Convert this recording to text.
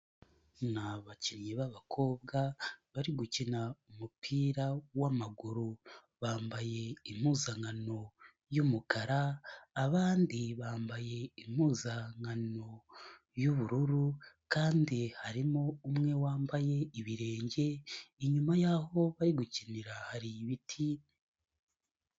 Ni abakinnyi b'abakobwa, bari gukina umupira w'amaguru, bambaye impuzankano y'umukara, abandi bambaye impuzankano y'ubururu kandi harimo umwe wambaye ibirenge, inyuma y'aho bari gukinira hari ibiti...